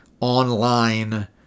online